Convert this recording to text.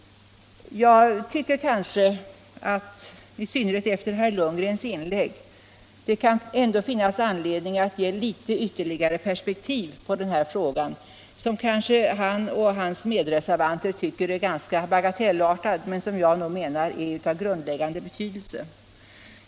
Jag tycker att det kan finnas anledning — kanske i synnerhet efter herr Lundgrens inlägg — att ge litet ytterligare perspektiv på den här frågan, som herr Lundgren och hans medreservanter möjligen tycker är ganska bagatellartad men som jag anser är av grundläggande betydelse.